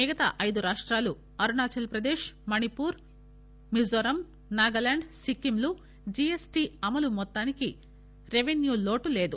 మిగతా ఐదు రాష్టాలు అరుణాచల్ ప్రదేశ్ మణిపూర్ మిజోరాం నాగాలాండ్ సిక్కింలు జీఎస్టీ అమలు మొత్తానికి రెవెన్యూ లోటు లేదు